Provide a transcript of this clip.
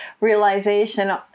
realization